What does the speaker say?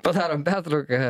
padarom pertrauką